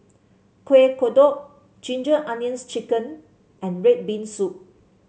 Kueh Kodok Ginger Onions chicken and red bean soup